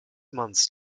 months